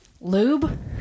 lube